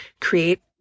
create